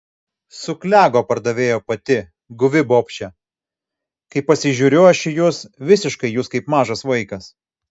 suklego pardavėjo pati guvi bobšė kai pasižiūriu aš į jus visiškai jūs kaip mažas vaikas